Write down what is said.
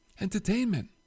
Entertainment